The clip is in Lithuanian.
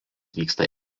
vyksta